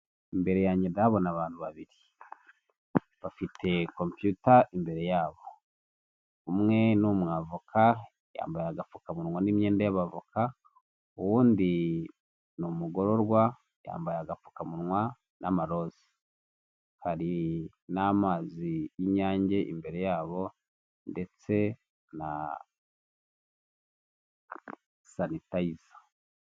Imbere yanjye ndahabona abantu babiri bafite computer, imbere yabo umwe numwa avoka yambaye agapfukamunwa n'imyenda y'abavoka uwundi n'umugororwa yambaye agapfukamunwa n'amaroza, hari n'amazi y'inyange imbere yabo ndetse na sanitizer